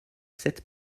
sept